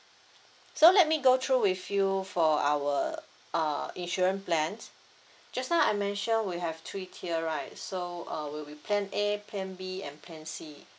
so let me go through with you for our uh insurance plans just now I mentioned we have three tier right so uh will be plan a plan B and plan C